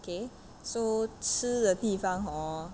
okay so 吃的地方 hor